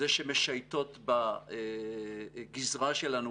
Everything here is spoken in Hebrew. זה שמשייטות בגזרה שלנו,